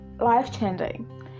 life-changing